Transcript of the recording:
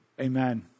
Amen